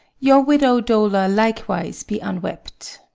your widow-dolour likewise be unwept!